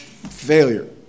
Failure